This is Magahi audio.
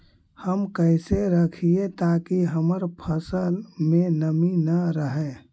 हम कैसे रखिये ताकी हमर फ़सल में नमी न रहै?